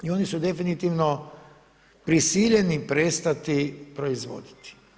I oni su definitivno prisiljeni prestati proizvoditi.